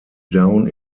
down